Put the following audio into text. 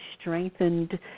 strengthened